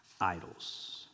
idols